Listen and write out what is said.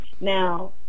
Now